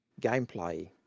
gameplay